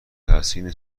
تحسین